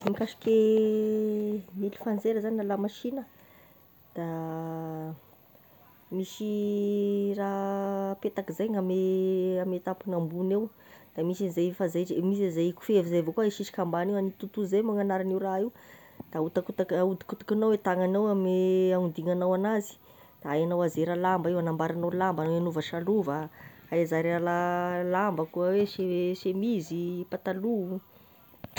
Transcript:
Ny mikasiky gne mily fanzaira zagny na lamasina, da misy raha apetaky zay gn'ame ame tapgny ambogny ao, de misy an'izay fanzaitra misy an'izay kofehy zay avao koa asisika ambagny ao ame totozy izay moa gn'agnaragne raha io, de ahotakotaky- ahodikodikignao e tagnagnao ame agnodignanao anazy, hainao anzera lamba io, ambaranao lamba, angnanova salova, hay anzera la- lamba koa hoe e- chemise, pataloa.